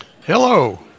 Hello